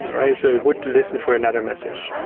right? so would listen for another message.